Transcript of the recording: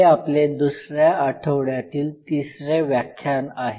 हे आपले दुसऱ्या आठवड्यातील तिसरे व्याख्यान आहे